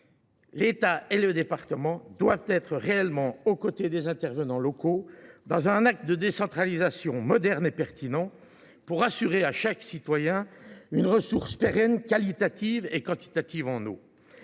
avec les départements, doit se tenir réellement aux côtés des intervenants locaux dans un acte de décentralisation moderne et pertinent pour assurer à chaque citoyen une ressource pérenne, qualitative et quantitative en eau.